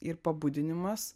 ir pabudinimas